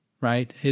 right